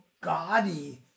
gaudy